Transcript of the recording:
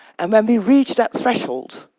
and when we reach that threshold,